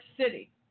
city